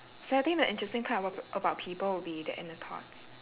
so I think the interesting part abo~ about people would be their inner thoughts